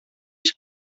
ich